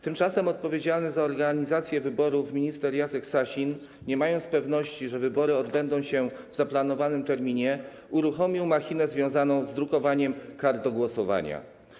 Tymczasem odpowiedzialny za organizację wyborów minister Jacek Sasin, nie mając pewności, że wybory odbędą się w zaplanowanym terminie, uruchomił machinę związaną z drukowaniem kart do głosowania.